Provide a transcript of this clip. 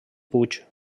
puig